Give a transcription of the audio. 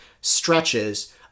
stretches